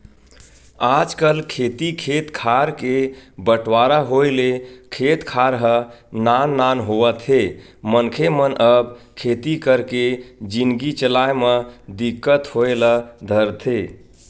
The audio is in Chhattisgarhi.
आजकल खेती खेत खार के बंटवारा होय ले खेत खार ह नान नान होवत हे मनखे मन अब खेती करके जिनगी चलाय म दिक्कत होय ल धरथे